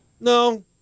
no